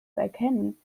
erkennen